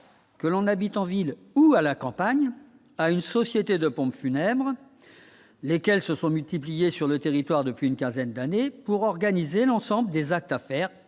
que l'on habite en ville ou à la campagne, à une société de pompes funèbres, lesquels se sont multipliés sur le territoire depuis une quinzaine d'années pour organiser l'ensemble des actes à faire